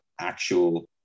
actual